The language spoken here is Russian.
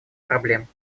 проблем